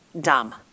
dumb